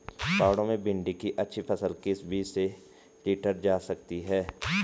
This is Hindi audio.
पहाड़ों में भिन्डी की अच्छी फसल किस बीज से लीटर जा सकती है?